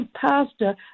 pastor